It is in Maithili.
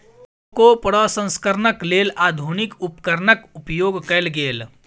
कोको प्रसंस्करणक लेल आधुनिक उपकरणक उपयोग कयल गेल